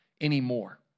anymore